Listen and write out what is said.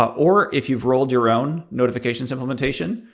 or if you've rolled your own notifications implementation,